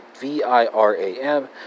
V-I-R-A-M